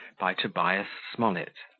by tobias smollett